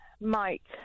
Mike